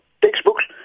textbooks